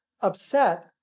upset